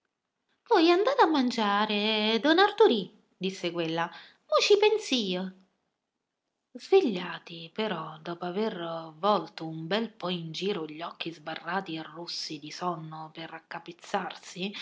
voi andate a mangiare don arturì disse quella mo ci pens'io svegliati però dopo aver volto un bel po in giro gli occhi sbarrati e rossi di sonno per